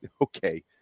Okay